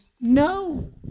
no